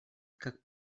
как